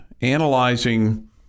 analyzing